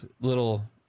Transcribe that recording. little